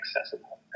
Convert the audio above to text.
accessible